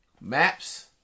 Maps